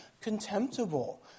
contemptible